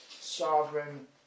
sovereign